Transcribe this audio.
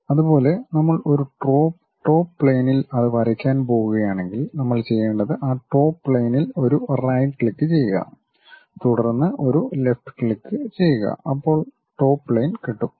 അതുപോലെ നമ്മൾ ഒരു ടോപ്പ് പ്ലെയിനിൽ അത് വരയ്ക്കാൻ പോകുകയാണെങ്കിൽ നമ്മൾ ചെയ്യേണ്ടത് ആ ടോപ്പ് പ്ലെയിനിൽ ഒരു റൈറ്റ് ക്ലിക്ക് നൽകുക തുടർന്ന് ഒരു ലെഫ്റ്റ് ക്ളിക്ക് ചെയ്യുക അപ്പോൾ ടോപ്പ് പ്ലെയിൻ കിട്ടും